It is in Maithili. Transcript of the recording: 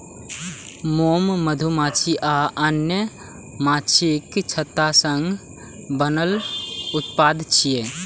मोम मधुमाछी आ आन माछीक छत्ता सं बनल उत्पाद छियै